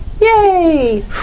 yay